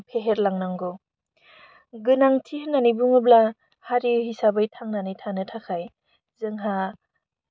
फेहेरलांनांगौ गोनांथि होन्नानै बुङोब्ला हारि हिसाबै थांनानै थानो थाखाय जोंहा